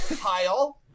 Kyle